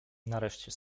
nareszcie